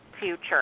future